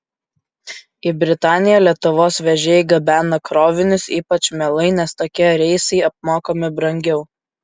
į britaniją lietuvos vežėjai gabena krovinius ypač mielai nes tokie reisai apmokami brangiau